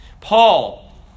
Paul